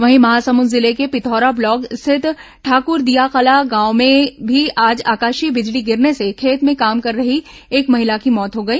वहीं महासमुंद जिले के पिथौरा ब्लॉक स्थित ठाकुरदियाकला गांव में भी आज आकाशीय बिजली गिरने से खेत में काम कर रही एक महिला की मौत हो गई